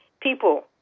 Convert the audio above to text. people